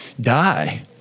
die